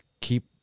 keep